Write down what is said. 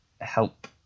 help